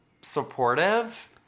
supportive